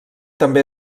també